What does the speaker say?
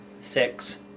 Six